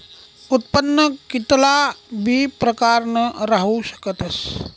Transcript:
उत्पन्न कित्ला बी प्रकारनं राहू शकस